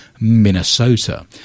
Minnesota